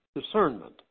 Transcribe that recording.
discernment